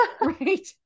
right